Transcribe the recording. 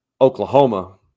oklahoma